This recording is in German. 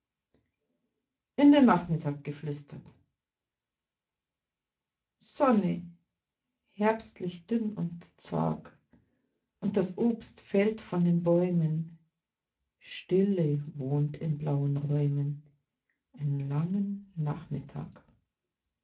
in den nachmittag geflüstert sonne herbstlich dünn und zag und das obst fällt von den bäumen stille wohnt in blauen räumen einen langen nachmittag